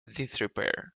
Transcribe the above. disrepair